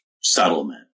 settlement